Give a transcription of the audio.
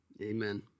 Amen